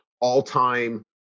all-time